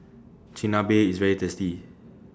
Chigenabe IS very tasty